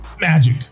magic